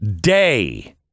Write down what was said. day